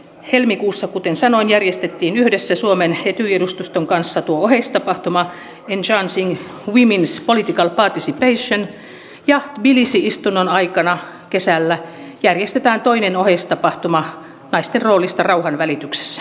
helmikuussa kuten sanoin järjestettiin yhdessä suomen etyj edustuston kanssa tuo oheistapahtuma enhancing womens political participation ja tbilisi istunnon aikana kesällä järjestetään toinen oheistapahtuma naisten roolista rauhanvälityksessä